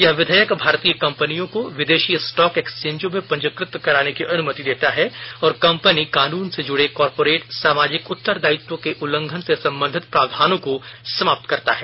यह विधेयक भारतीय कंपनियों को विदेशी स्टॉक एक्सचेंजों में पंजीकृत कराने की अनुमति देता है और कंपनी कानून से जुड़े कारपोरेट सामाजिक उत्तरदायित्व के उल्लंघन से संबंधित प्रावधानों को समाप्त करता है